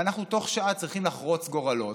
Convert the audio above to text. ואנחנו תוך שעה צריכים לחרוץ גורלות.